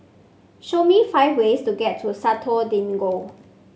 show me five ways to get to the Santo Domingo